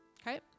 Okay